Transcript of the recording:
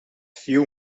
few